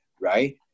right